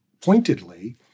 pointedly